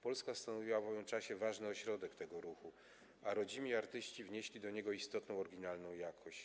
Polska stanowiła w owym czasie ważny ośrodek tego ruchu, a rodzimi artyści wnieśli do niego istotną oryginalną jakość.